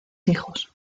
hijos